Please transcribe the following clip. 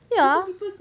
ya